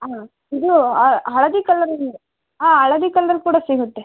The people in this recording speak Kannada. ಆಂ ಇದು ಅ ಹಳದಿ ಕಲರು ಆಂ ಹಳದಿ ಕಲರ್ ಕೂಡ ಸಿಗುತ್ತೆ